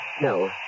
No